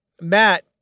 Matt